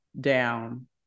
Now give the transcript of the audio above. down